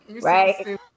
Right